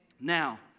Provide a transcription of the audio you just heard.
Now